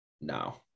No